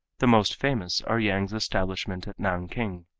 the most famous are yang's establishment at nanking,